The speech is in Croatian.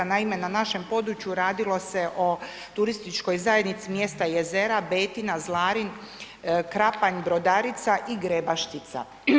Naime, na našem području radilo se o Turističkoj zajednici mjesta Jezera, Betina, Zlarin, Krapanj, Brodarica i Grebaštica.